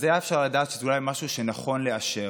אז היה אפשר לדעת שזה אולי משהו שנכון לאשר.